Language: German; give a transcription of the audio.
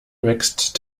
wächst